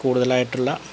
കൂടുതലായിട്ടുള്ള